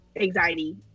Anxiety